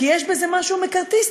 כי יש בזה משהו מקארתיסטי.